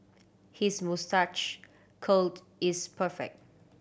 his moustache curled is perfect